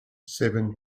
seven